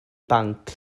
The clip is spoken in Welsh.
banc